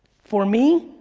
for me,